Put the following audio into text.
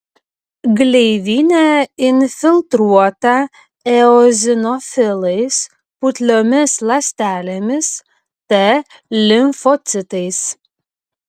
gleivinė infiltruota eozinofilais putliomis ląstelėmis t limfocitais